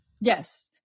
Yes